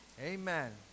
Amen